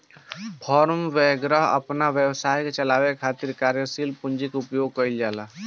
form वैगरह अपना व्यवसाय के चलावे खातिर कार्यशील पूंजी के उपयोग कईल जाला